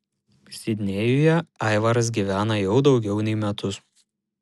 sidnėjuje aivaras gyvena jau daugiau nei metus